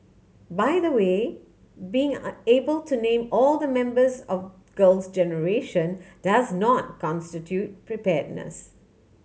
by the way being able to name all the members of Girls Generation does not constitute preparedness